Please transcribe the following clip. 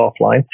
offline